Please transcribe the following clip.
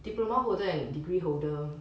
diploma holder and degree holder